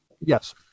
Yes